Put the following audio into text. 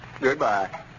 Goodbye